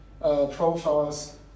profiles